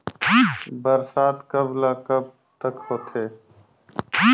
बरसात कब ल कब तक होथे?